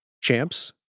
champs